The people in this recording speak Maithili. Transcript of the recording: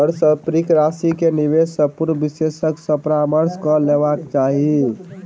पारस्परिक राशि के निवेश से पूर्व विशेषज्ञ सॅ परामर्श कअ लेबाक चाही